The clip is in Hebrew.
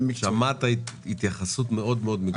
שמעת התייחסות מאוד מאוד מקצועית.